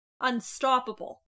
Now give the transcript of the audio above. Unstoppable